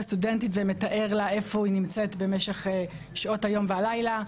סטודנטית ומתאר לה איפה היא נמצאת במשך שעות היום והלילה,